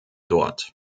dort